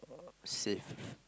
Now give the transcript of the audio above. safe